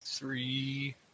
Three